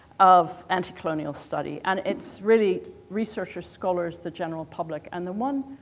of anti-colonial study. and its really researchers, scholars, the general public, and the one,